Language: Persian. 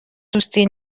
دوستی